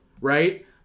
right